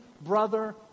brother